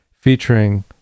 featuring